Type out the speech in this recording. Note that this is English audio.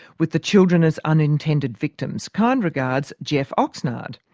with the children as unintended victims. kind regards, jeff oxnard.